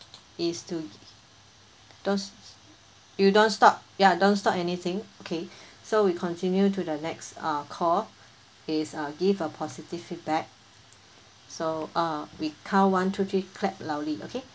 it's to don't s~ you don't stop ya don't stop anything okay so we continue to the next uh call is uh give a positive feedback so uh we count one two three clap loudly okay